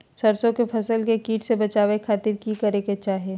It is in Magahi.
सरसों की फसल के कीट से बचावे खातिर की करे के चाही?